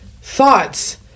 thoughts